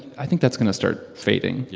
i think that's going to start fading. yeah.